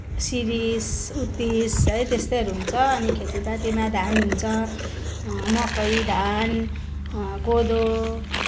series उत्तिस है त्यस्तैहरू हुन्छ अनि खेतीपातीमा धान हुन्छ मकै धान कोदो